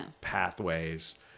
pathways